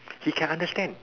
he can understand